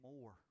more